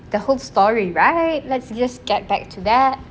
the whole story right let's just get back to that